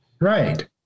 Right